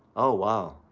oh, wow.